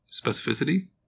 specificity